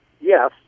yes